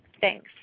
thanks